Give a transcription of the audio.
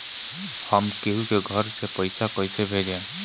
हम केहु के घर से पैसा कैइसे भेजम?